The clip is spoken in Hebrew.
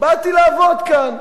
באתי לעבוד כאן.